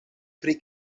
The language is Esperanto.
pri